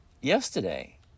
yesterday